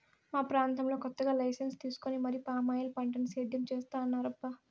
మా ప్రాంతంలో కొత్తగా లైసెన్సు తీసుకొని మరీ పామాయిల్ పంటని సేద్యం చేత్తన్నారబ్బా